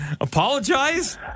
apologize